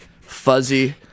fuzzy